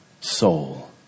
soul